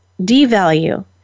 devalue